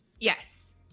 Yes